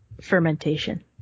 fermentation